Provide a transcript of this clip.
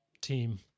team